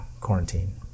quarantine